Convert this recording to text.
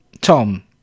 Tom